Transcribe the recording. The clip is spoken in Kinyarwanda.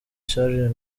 charles